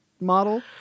model